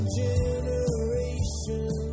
generation